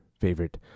favorite